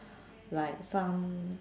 like some